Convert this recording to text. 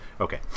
Okay